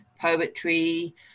poetry